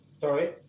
Sorry